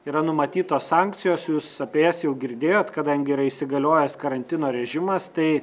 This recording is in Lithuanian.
yra numatytos sankcijos jūs apie jas jau girdėjot kadangi yra įsigaliojęs karantino režimas tai